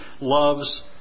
loves